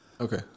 Okay